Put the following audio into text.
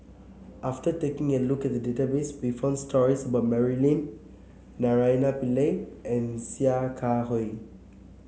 after taking a look at the database we found stories about Mary Lim Naraina Pillai and Sia Kah Hui